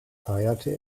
feierte